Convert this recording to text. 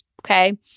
Okay